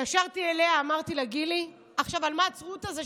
התקשרתי אליה ואמרתי לה: גילי, על מה עצרו אותה?